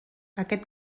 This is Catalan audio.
aquest